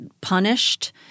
punished